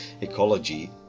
ecology